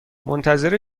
منتظر